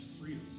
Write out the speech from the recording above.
freedom